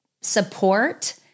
support